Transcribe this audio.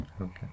Okay